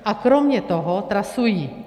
A kromě toho trasují.